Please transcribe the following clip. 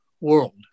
world